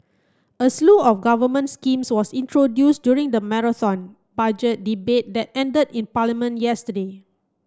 a slew of government schemes was introduced during the Marathon Budget Debate that ended in Parliament yesterday